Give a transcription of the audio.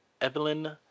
Evelyn